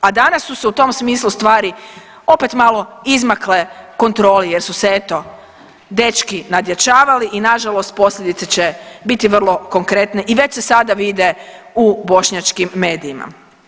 A danas su se u tom smislu stvari opet malo izmakle kontroli jer su se eto dečki nadjačavali i posljedice će biti vrlo konkretne i već se sada vide u bošnjačkim medijima.